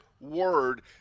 word